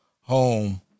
home